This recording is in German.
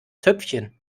töpfchen